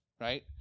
right